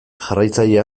jarraitzaile